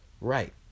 Right